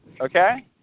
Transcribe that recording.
okay